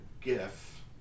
gif